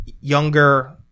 younger